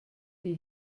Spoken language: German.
die